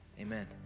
Amen